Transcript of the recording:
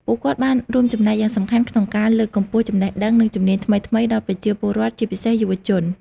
ពួកគាត់បានរួមចំណែកយ៉ាងសំខាន់ក្នុងការលើកកម្ពស់ចំណេះដឹង និងជំនាញថ្មីៗដល់ប្រជាពលរដ្ឋ ជាពិសេសយុវជន។